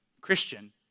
Christian